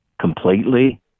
completely